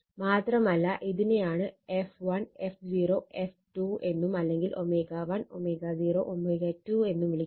മാത്രമല്ല ഇതിനെയാണ് f1 f0 f2 എന്നും അല്ലെങ്കിൽ ω1 ω0 ω2 എന്നും വിളിക്കുന്നത്